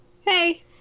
Hey